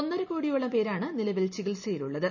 ഒന്നര കോടിയോളം പേരാണ് നിലവിൽ ചികിത്സയിലുള്ളത്